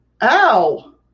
Ow